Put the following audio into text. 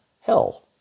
hell